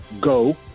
go